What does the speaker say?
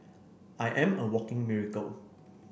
I am a walking miracle